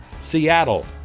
Seattle